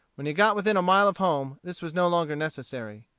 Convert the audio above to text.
when he got within a mile of home this was no longer necessary.